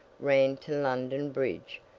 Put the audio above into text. ran to london bridge,